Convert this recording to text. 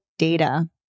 data